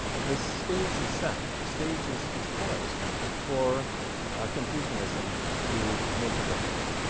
the stage is set, the stage is is poised for confucianism to make a difference.